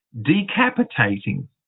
decapitating